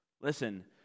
listen